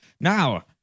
Now